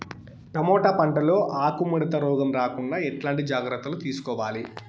Tomato పంట లో ఆకు ముడత రోగం రాకుండా ఎట్లాంటి జాగ్రత్తలు తీసుకోవాలి?